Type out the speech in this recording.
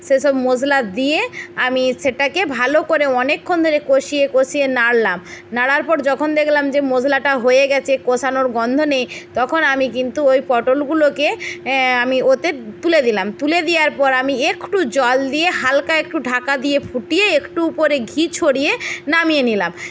সে সব মশলা দিয়ে আমি সেটাকে ভালো করে অনেকক্ষণ ধরে কষিয়ে কষিয়ে নাড়লাম নাড়ার পর যখন দেখলাম যে মশলাটা হয়ে গেছে কষানোর গন্ধ নেই তখন আমি কিন্তু ওই পটলগুলোকে আমি ওতে তুলে দিলাম তুলে দেওয়ার পর আমি একটু জল দিয়ে হালকা একটু ঢাকা দিয়ে ফুটিয়ে একটু উপরে ঘি ছড়িয়ে নামিয়ে নিলাম